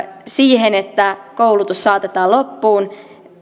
siihen että koulutus saatetaan loppuun